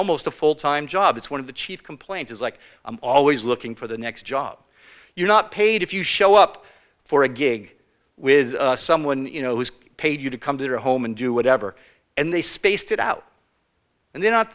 almost a full time job it's one of the chief complaint is like i'm always looking for the next job you're not paid if you show up for a gig with someone you know has paid you to come to your home and do whatever and they spaced it out and they're not